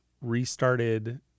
restarted